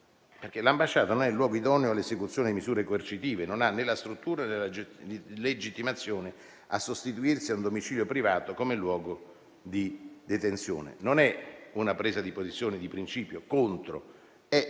L'ambasciata non è luogo idoneo all'esecuzione di misure coercitive, non ha né la struttura, né la legittimazione a sostituirsi a un domicilio privato come luogo di detenzione. Non è una presa di posizione contraria per principio,